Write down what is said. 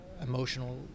emotional